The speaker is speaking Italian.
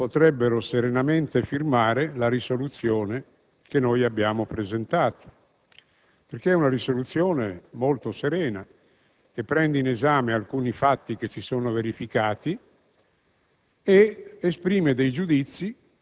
credo che tutti potrebbero serenamente firmare la mozione che noi abbiamo presentato. È una mozione molto serena, che prende in esame alcuni fatti che si sono verificati